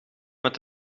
met